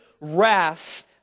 wrath